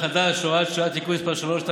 הקורונה החדש) (הוראת שעה) (תיקון מס' 3),